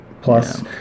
Plus